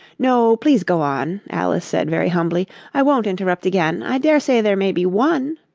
no, please go on alice said very humbly i won't interrupt again. i dare say there may be one